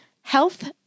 Health